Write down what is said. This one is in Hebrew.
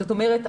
זאת אומרת,